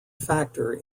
factor